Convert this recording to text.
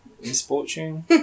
Misfortune